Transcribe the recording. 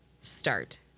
start